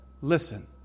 listen